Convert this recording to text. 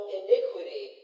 iniquity